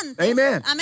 Amen